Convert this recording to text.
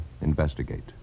Investigate